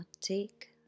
take